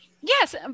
yes